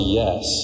yes